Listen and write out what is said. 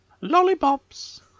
Lollipops